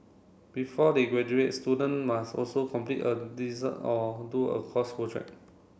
before they graduate student must also complete a or do a course project